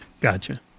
gotcha